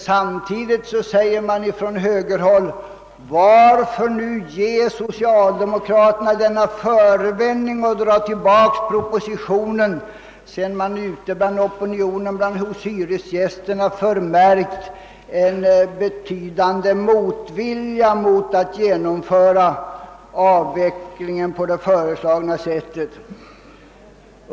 Samtidigt undrar man dock, från högern, varför mittenpartierna skulle ha givit socialdemokraterna denna förevändning att dra tillbaka propositionen sedan det inom hyresgästopinionen förmärkts en betydande motvilja mot att avvecklingen skulle genomföras på det föreslagna sättet.